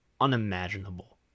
unimaginable